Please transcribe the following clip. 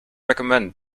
recommend